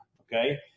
okay